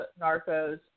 Narcos